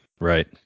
Right